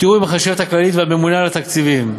בתיאום עם החשבת הכללית והממונה על התקציבים,